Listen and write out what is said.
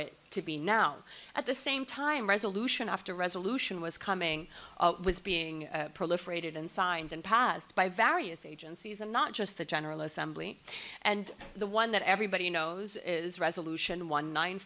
it to be now at the same time resolution after resolution was coming was being proliferated and signed and passed by various agencies and not just the general assembly and the one that everybody knows is resolution one nine